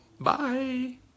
Bye